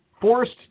forced